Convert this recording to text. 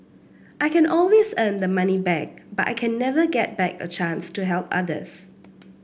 I can always earn the money back but I can never get back a chance to help others